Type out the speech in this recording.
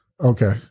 Okay